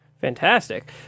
Fantastic